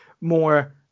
more